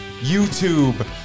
YouTube